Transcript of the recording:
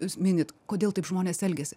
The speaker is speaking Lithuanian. jūs minit kodėl taip žmonės elgiasi